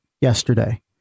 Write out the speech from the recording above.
yesterday